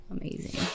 amazing